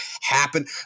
happen